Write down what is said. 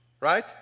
right